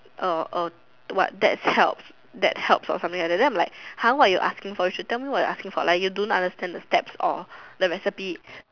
what that helps that helps or something like that then I'm like !huh! what you asking for you should tell me what you asking for like you don't understand the steps or the recipe